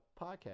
podcast